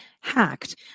hacked